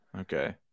Okay